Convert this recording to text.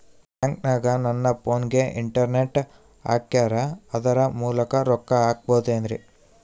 ಬ್ಯಾಂಕನಗ ನನ್ನ ಫೋನಗೆ ಇಂಟರ್ನೆಟ್ ಹಾಕ್ಯಾರ ಅದರ ಮೂಲಕ ರೊಕ್ಕ ಹಾಕಬಹುದೇನ್ರಿ?